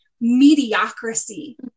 mediocrity